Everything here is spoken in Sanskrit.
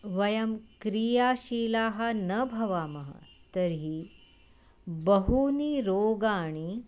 वयं क्रियाशीलाः न भवामः तर्हि बहूनि रोगाणि